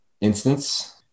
instance